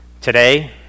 Today